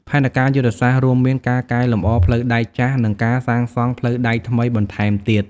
ផែនការយុទ្ធសាស្ត្ររួមមានការកែលម្អផ្លូវដែកចាស់និងការសាងសង់ផ្លូវដែកថ្មីបន្ថែមទៀត។